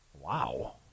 Wow